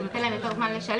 זה נותן להם יותר זמן לשלם.